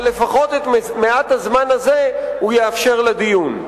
אבל לפחות מעט הזמן הזה יאפשר לנו לדון,